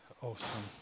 awesome